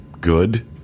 good